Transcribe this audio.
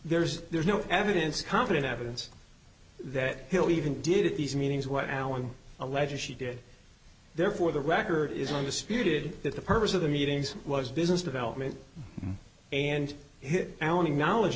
there's there's no evidence competent evidence that hill even did at these meetings what alan alleges she did therefore the record is undisputed that the purpose of the meetings was business development and his knowledge